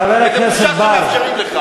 וזאת בושה שמאפשרים לך,